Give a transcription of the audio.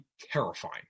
terrifying